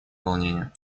волнение